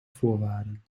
voorwaarden